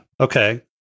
Okay